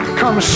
come